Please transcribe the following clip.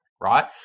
right